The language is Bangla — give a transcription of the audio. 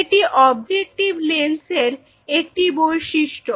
এটি অবজেক্টিভ লেন্সের একটি বৈশিষ্ট্য